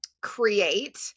create